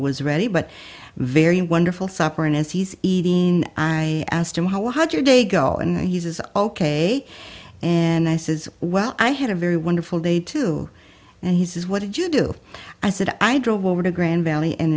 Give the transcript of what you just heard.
was ready but very wonderful supper and as he's eating i asked him how was your day go and he says ok and i says well i had a very wonderful day too and he says what did you do i said i drove over to grand valley